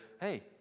hey